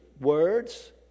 words